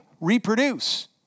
reproduce